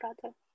brother